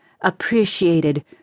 appreciated